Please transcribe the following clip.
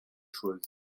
choses